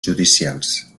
judicials